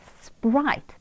sprite